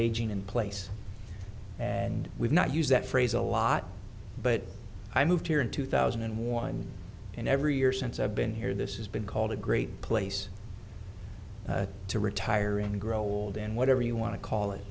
aging in place and we've not use that phrase a lot but i moved here in two thousand and one and every year since i've been here this has been called a great place to retire and grow old and whatever you want to call it